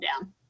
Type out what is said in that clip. down